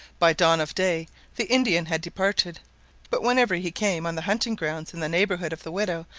by dawn of day the indian had departed but whenever he came on the hunting-grounds in the neighbourhood of the widow,